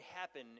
happen